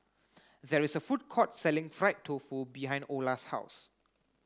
there is a food court selling fried tofu behind Ola's house